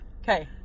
okay